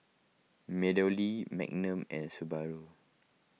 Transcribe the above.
MeadowLea Magnum and Subaru